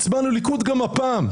הצבענו ליכוד גם הפעם,